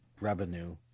revenue